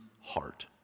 heart